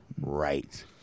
Right